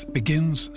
begins